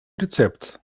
рецепт